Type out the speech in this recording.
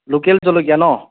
local জলকীয়া ন